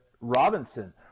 Robinson